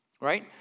right